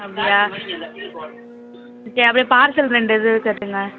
அப்படியா சரி அப்படியே பார்சல் ரெண்டு இது கட்டுங்கள்